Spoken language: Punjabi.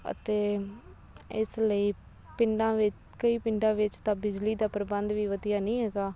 ਅਤੇ ਇਸ ਲਈ ਪਿੰਡਾਂ ਵਿੱਚ ਕਈ ਪਿੰਡਾਂ ਵਿੱਚ ਤਾਂ ਬਿਜਲੀ ਦਾ ਪ੍ਰਬੰਧ ਵੀ ਵਧੀਆ ਨਹੀਂ ਹੈਗਾ